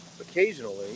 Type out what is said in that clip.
occasionally